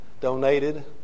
donated